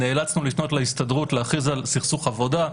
נאלצנו לפנות להסתדרות ולהכריז על סכסוך עבודה.